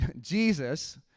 Jesus